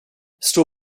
stå